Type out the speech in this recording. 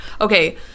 Okay